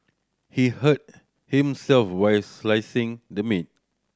he hurt himself while slicing the meat